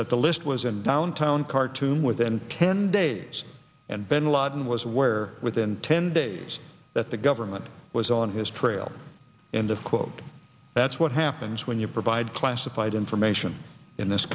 that the list was in downtown khartoum within ten days and bin laden was aware within ten days that the government was on his trail end of quote that's what happens when you provide classified information in this